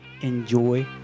Enjoy